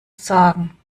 sagen